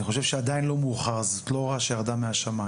זה עדיין לא מאוחר, וזו לא הוראה שירדה מהשמיים.